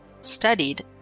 studied